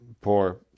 poor